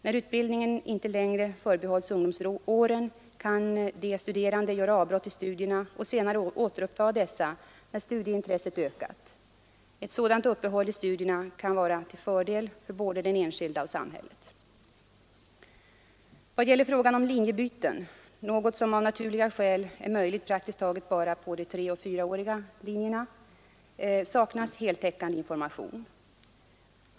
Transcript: När utbildning inte längre Nr 41 förbehålls ungdomsåren, kan de studerande göra avbrott i studierna och Fredagen den senare återuppta dessa när studieintresset ökat. Ett sådant uppehåll i 15 mars 1974 studierna kan vara till fördel för både den enskilde och samhället. I vad gäller frågan om linjebyten — något som av naturliga skäl är möjligt praktiskt taget bara på de treoch fyraåriga linjerna — saknas heltäckande information.